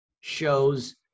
shows